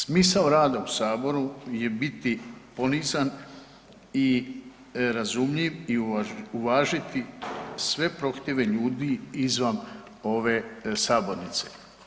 Smisao rada u Saboru je biti ponizan i razumljiv i uvažiti sve prohtjeve ljudi izvan ove sabornice.